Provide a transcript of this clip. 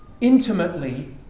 intimately